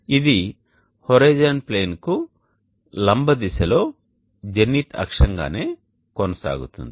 ఇది horizon plane కు లంబ దిశలో జెనిత్ అక్షంగానే కొనసాగుతుంది